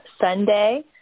Sunday